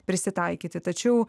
prisitaikyti tačiau